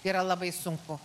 yra labai sunku